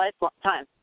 lifetime